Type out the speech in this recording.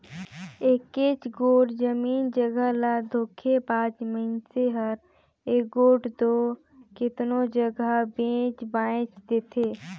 एकेच गोट जमीन जगहा ल धोखेबाज मइनसे हर एगोट दो केतनो जगहा बेंच बांएच देथे